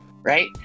right